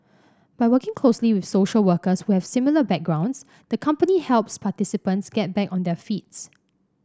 by working closely with social workers who have similar backgrounds the company helps participants get back on their feet